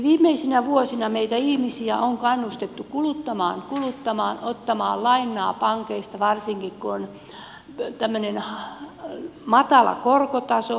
viimeisinä vuosina meitä ihmisiä on kannustettu kuluttamaan kuluttamaan ottamaan lainaa pankeista varsinkin kun on tämmöinen matala korkotaso